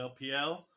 LPL